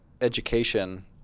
education